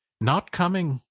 not coming,